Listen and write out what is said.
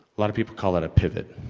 a lot of people call that a pivot.